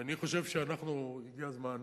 ואני חושב שהגיע הזמן